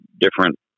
different